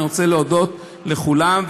אני רוצה להודות לכולם.